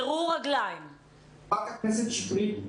חברת הכנסת שטרית,